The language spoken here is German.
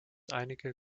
einige